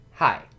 Hi